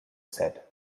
said